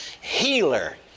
Healer